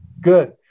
Good